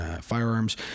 firearms